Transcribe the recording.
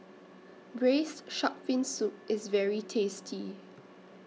Braised Shark Fin Soup IS very tasty